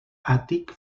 àtic